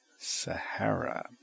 Sahara